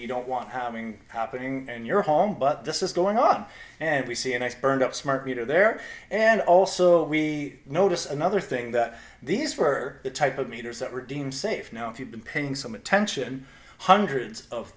you don't want having happening in your home but this is going on and we see an ice burned up smart meter there and also we noticed another thing that these were the type of meters that were deemed safe now if you've been paying some attention hundreds of